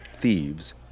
thieves